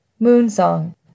Moonsong